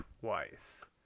twice